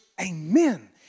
amen